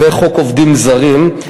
וחוק עובדים זרים.